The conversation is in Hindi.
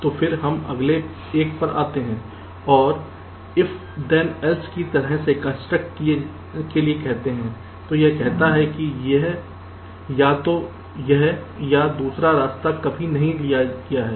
तो फिर हम अगले एक पर आते हैं और if then else की तरह के कंस्ट्रक्ट के लिए कहते हैं तो यह कहता है कि या तो यह या दूसरा रास्ता कभी नहीं लिया गया है